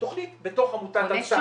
תוכנית בתוך עמותת "אל סם".